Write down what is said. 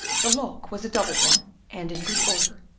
the lock was a double one and in good order,